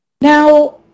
Now